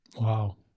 wow